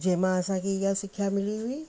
जंहिंमां असांखे इहा सिखिया मिली हुई